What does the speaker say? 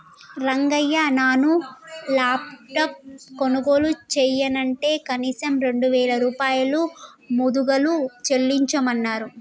రంగయ్య నాను లాప్టాప్ కొనుగోలు చెయ్యనంటే కనీసం రెండు వేల రూపాయలు ముదుగలు చెల్లించమన్నరు